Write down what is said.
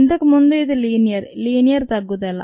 ఇంతకు ముందు ఇది లీనియర్ లీనియర్ తగ్గుదల